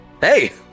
Hey